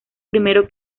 primero